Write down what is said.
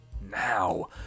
now